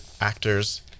actors